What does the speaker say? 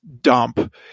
dump